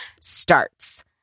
starts